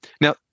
now